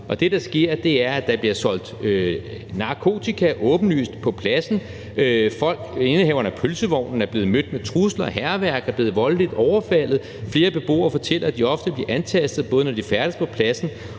det, der sker, er, at der bliver solgt narkotika åbenlyst på pladsen. Indehaveren af pølsevognen er blevet mødt med trusler, har været udsat for hærværk og er blevet voldeligt overfaldet. Flere beboere fortæller, at de ofte bliver antastet, både når de færdes på pladsen,